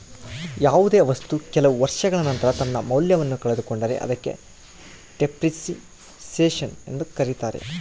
ಯಾವುದೇ ವಸ್ತು ಕೆಲವು ವರ್ಷಗಳ ನಂತರ ತನ್ನ ಮೌಲ್ಯವನ್ನು ಕಳೆದುಕೊಂಡರೆ ಅದಕ್ಕೆ ಡೆಪ್ರಿಸಸೇಷನ್ ಎಂದು ಕರೆಯುತ್ತಾರೆ